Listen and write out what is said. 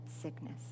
sickness